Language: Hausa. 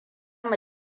mu